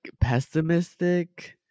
pessimistic